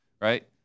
Right